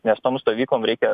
nes tom stovyklom reikia